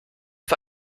für